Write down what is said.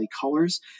colors